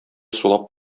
сулап